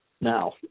Now